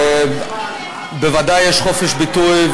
בוודאי יש חופש ביטוי,